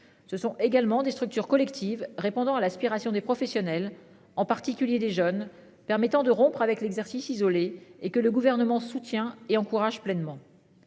Ce sont également des structures collectives. Répondant à l'aspiration des professionnels en particulier des jeunes permettant de rompre avec l'exercice isolé et que le gouvernement soutient et encourage pleinement.